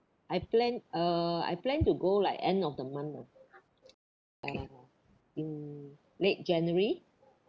I plan uh I plan to go like end of the month ah uh in late january